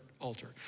altar